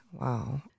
wow